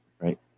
Right